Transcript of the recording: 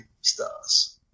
stars